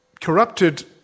corrupted